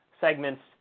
segments